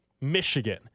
Michigan